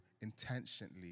intentionally